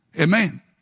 Amen